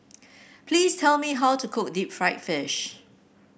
please tell me how to cook Deep Fried Fish